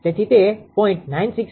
તેથી તે 0